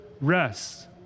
rest